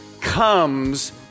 comes